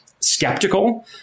skeptical